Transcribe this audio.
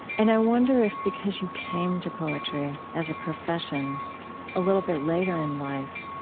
and i wonder if because you came to poetry as a profession a little bit later in life,